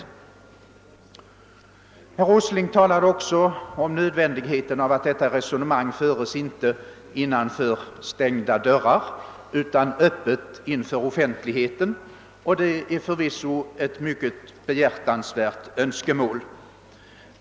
Herr Åsling talade också om nödvändigheten av att diskussionen inte förs innanför stängda dörrar utan att den sker öppet inför offentligheten. För visso är detta ett mycket behjärtansvärt önskemål.